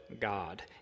God